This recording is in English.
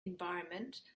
environment